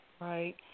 Right